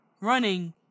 running